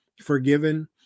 forgiven